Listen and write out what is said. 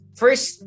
first